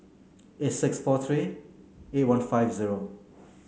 eight six four three eight one five zero